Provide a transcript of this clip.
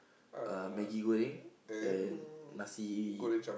uh Maggie Goreng and nasi